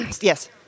yes